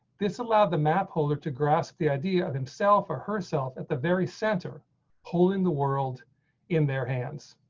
this allowed the map holder to grasp the idea of himself or herself at the very center holding the world in their hands.